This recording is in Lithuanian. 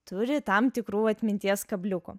turi tam tikrų atminties kabliukų